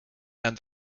and